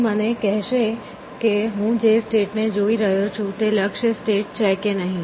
તે મને કહેશે કે હું જે સ્ટેટ ને જોઈ રહ્યો છું તે લક્ષ્ય સ્ટેટ છે કે નહીં